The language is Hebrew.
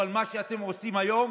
אבל מה שאתם עושים היום